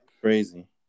crazy